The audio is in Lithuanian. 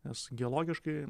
nes geologiškai